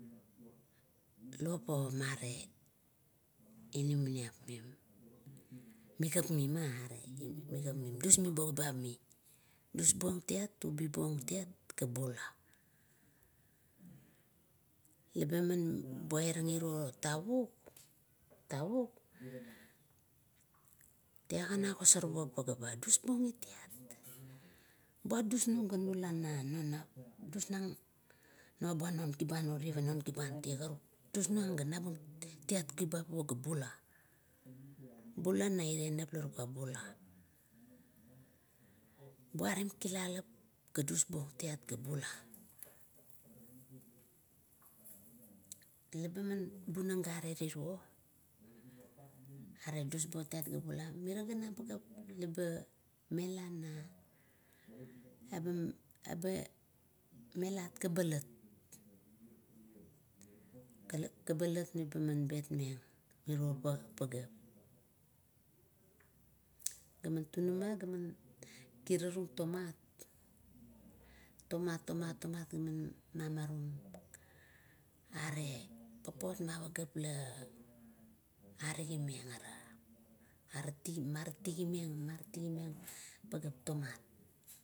Lop omare uniap, migapmim are dusming bo kibam mi, dusbeng tiat ubi bung tiat ga bula. leba man buairang iro tavuk, tauk talagan ogosor buong pagea ba, dusbuongit tiat. Buat dusnung ga nula nang non neap dusnang. Nabung non kiban, ga non kiban tie, karuk iat bubum kiban bua, ga bula. Bula naira neap, la ruga bula. Buarim kilalap ga dusbuong tiat ga bula, laba bunang gare tiro, are dusbong tiat ga bula mirie ganam pageap leba mialo mialam kabelat, kabelet leba betmeng iro toptove. Gaman tunama gaman kira rung tomat, tomat, tomat, tomat man oramie. Are popot ma pageap agigimeng ara. Maritigimang, maritigimang pageap tomat